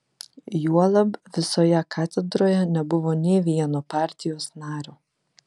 juolab visoje katedroje nebuvo nė vieno partijos nario